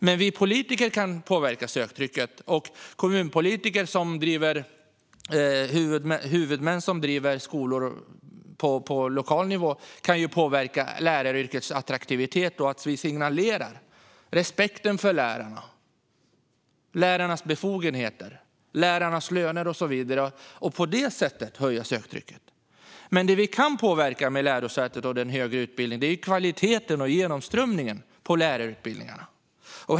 Men vi politiker kan påverka söktrycket, och huvudmän som driver skolor på lokal nivå kan påverka läraryrkets attraktivitet. Vi signalerar respekten för lärarna, lärarnas befogenheter och löner. På det sättet kan söktrycket höjas. Det vi kan påverka på lärosäten och den högre utbildningen är kvaliteten och genomströmningen på lärarutbildningarna.